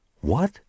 What